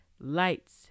Lights